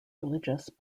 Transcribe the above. religious